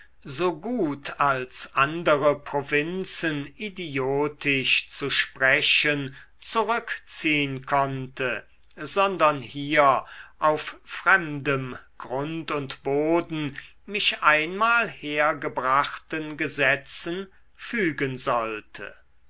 so gut als andere provinzen idiotisch zu sprechen zurückziehn konnte sondern hier auf fremdem grund und boden mich einmal hergebrachten gesetzen fügen sollte